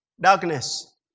darkness